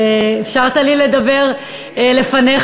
שאפשרת לי לדבר לפניך.